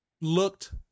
looked